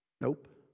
Nope